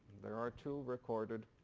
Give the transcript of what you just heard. there are two recorded